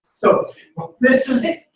so this is it,